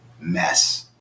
mess